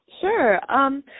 Sure